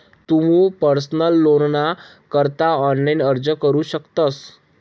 तुमू पर्सनल लोनना करता ऑनलाइन अर्ज करू शकतस